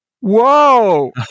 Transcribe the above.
Whoa